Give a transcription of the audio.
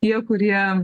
tie kurie